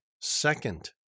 second